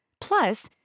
Plus